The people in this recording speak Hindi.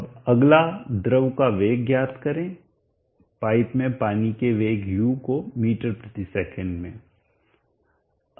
अब अगला द्रव का वेग ज्ञात करें पाइप में पानी के वेग u को ms में